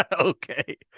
Okay